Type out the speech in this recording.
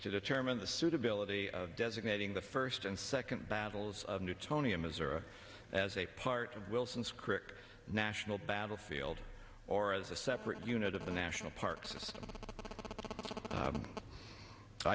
to determine the suitability of designating the first and second battles of newtonian missouri as a part of wilson's crick national battlefield or as a separate unit of the national park system